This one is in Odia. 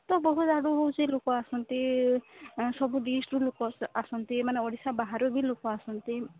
ତ ବହୁତ ଆଡ଼ୁ ହେଉଛି ଲୋକ ଆସନ୍ତି ସବୁ ଡିଷ୍ଟ୍ରିକ୍ଟରୁ ଲୋକ ଆସନ୍ତି ମାନେ ଓଡ଼ିଶା ବାହାରୁ ବି ଲୋକ ଆସନ୍ତି